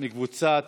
מקבוצת